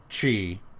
chi